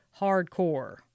hardcore